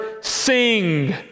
sing